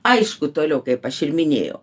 aišku toliau kaip aš ir minėjau